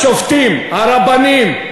הרבנים,